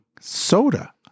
soda